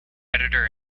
editor